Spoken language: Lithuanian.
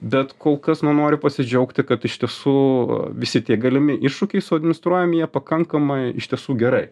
bet kol kas na noriu pasidžiaugti kad iš tiesų visi tie galimi iššūkiai su administruojami jie pakankamai iš tiesų gerai